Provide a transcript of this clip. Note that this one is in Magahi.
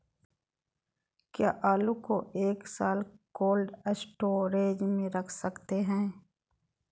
क्या आलू को एक साल कोल्ड स्टोरेज में रख सकते हैं?